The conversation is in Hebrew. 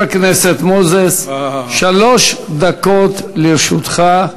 חבר הכנסת מוזס, שלוש דקות לרשותך.